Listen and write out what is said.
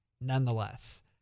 nonetheless